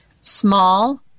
small